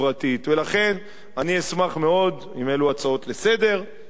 ולכן אני אשמח מאוד אם ההצעות לסדר-היום האלו